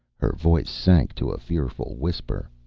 her voice sank to a fearful whisper